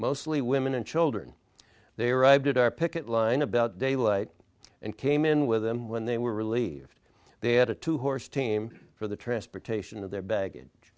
mostly women and children they arrived at our picket line about daylight and came in with them when they were relieved they had a two horse team for the transportation of their